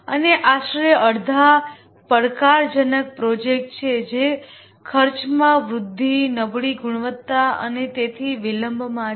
અને આશરે અડધા પડકારજનક પ્રોજેક્ટ છે જે ખર્ચમાં વૃદ્ધિ નબળી ગુણવત્તા અને તેથી વિલંબમાં છે